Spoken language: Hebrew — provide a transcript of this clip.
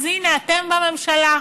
אז הינה, אתם בממשלה,